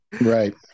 right